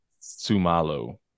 Sumalo